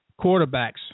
quarterbacks